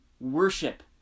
worship